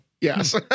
Yes